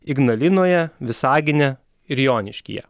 ignalinoje visagine ir joniškyje